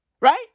Right